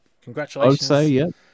Congratulations